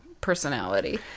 personality